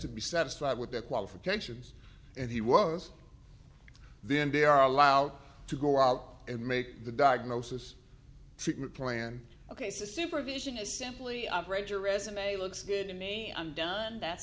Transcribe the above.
to be satisfied with their qualifications and he was then they are allowed to go out and make the diagnosis treatment plan ok supervision is simply i've read your resume looks good to me i'm done that